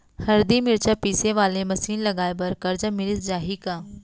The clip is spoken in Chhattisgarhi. हरदी, मिरचा पीसे वाले मशीन लगाए बर करजा मिलिस जाही का?